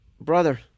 brother